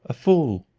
a fool.